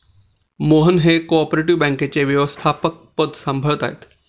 मोहन हे cooperative बँकेचे व्यवस्थापकपद सांभाळत आहेत